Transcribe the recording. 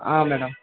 ಹಾಂ ಮೇಡಮ್